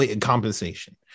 compensation